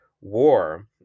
war